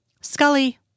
Scully